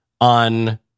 on